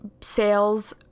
sales